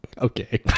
Okay